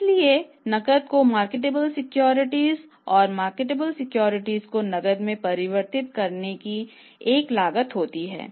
यदि आपके पास अधिशेष नकद है